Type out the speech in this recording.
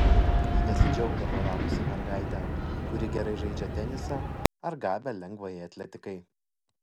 ji nesidžiaugdavo radusi mergaitę kuri gerai žaidžia tenisą ar gabią lengvajai atletikai